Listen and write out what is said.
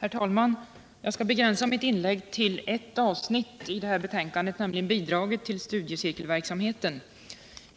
Herr talman! Jag skall begränsa mitt inlägg till ett avsitt i det här betänkandet, nämligen bidraget till studiecirkelverksamheten.